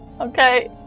Okay